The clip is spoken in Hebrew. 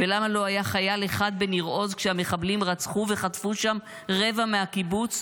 ולמה לא היה חייל אחד בניר עוז כשהמחבלים רצחו וחטפו שם רבע מהקיבוץ,